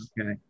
Okay